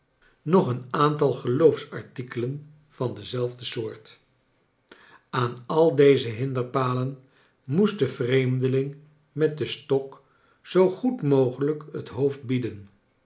nog een i aant al geloofsartikelen van dezelfde soortl aan al deze hinderpalen moest de vreemdeling met den stok zoo goed mogelijk het hoofd bieden